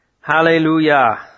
Hallelujah